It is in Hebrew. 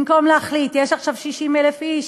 במקום להחליט, יש עכשיו 60,000 איש?